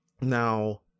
now